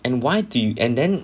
and why do you and then